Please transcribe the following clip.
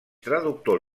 traductor